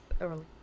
early